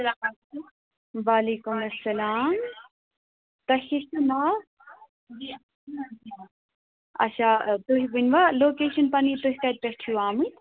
اسلام علیکُم وعلیکُم اسلام تۄہہِ کیٛاہ چھُ ناو اچھا تُہۍ ؤنۍوا لوکیٚشن پَنٕنۍ تُہۍ کَتہِ پیٚٹھ چھِو آمٕتۍ